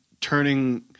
turning